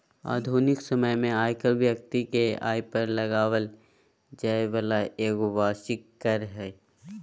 आधुनिक समय में आयकर व्यक्ति के आय पर लगाबल जैय वाला एगो वार्षिक कर हइ